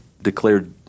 declared